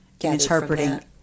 interpreting